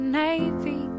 navy